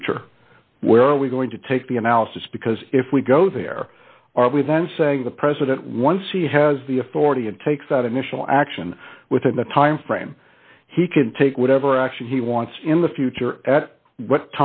future where are we going to take the analysis because if we go there are we then saying the president once he has the authority and takes that initial action within the timeframe he can take whatever action he wants in the future at what